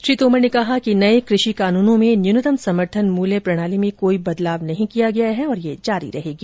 श्री तोमर ने कहा कि नए कृषि कानूनों में न्यूनतम समर्थन मूल्य प्रणाली में कोई बदलाव नहीं किया गया है और यह जारी रहेगी